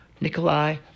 Nikolai